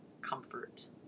comfort